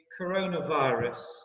coronavirus